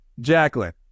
Jacqueline